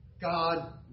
God